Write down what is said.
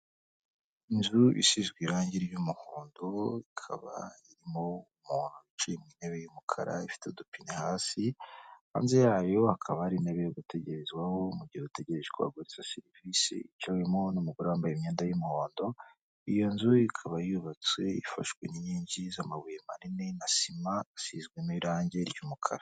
Inzu isizwe irange ry'umuhondo ikaba irimo umuntu wicaye mu intebe y'umukara ifite udupine hasi, hanze yayo hakaba hari intebe yo gutegerezwaho mu gihe utegereje ko baguhereza serivisi yicawemo n'umugore wambaye imyenda y'umuhondo, iyo nzu ikaba yubatswe ifashwe n'inkingi z'amabuye manini na sima, isizwemo irange ry'umukara.